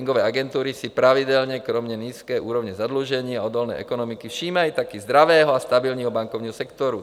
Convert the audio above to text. Ratingové agentury si pravidelně kromě nízké úrovně zadlužení a odolné ekonomiky všímají také zdravého a stabilního bankovního sektoru.